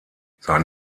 sein